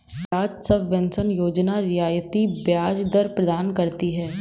ब्याज सबवेंशन योजना रियायती ब्याज दर प्रदान करती है